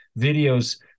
videos